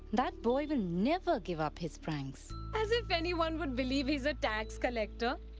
that boy will never give up his pranks! as if anyone would believe he's a tax collector.